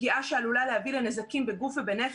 פגיעה שעלולה להביא לנזקים בגוף ובנפש,